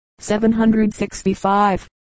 765